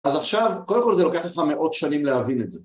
אז עכשיו, קודם כל זה לוקח לך מאות שנים להבין את זה